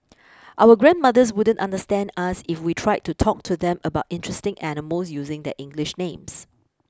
our grandmothers wouldn't understand us if we tried to talk to them about interesting animals using their English names